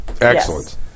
Excellent